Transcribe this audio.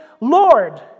Lord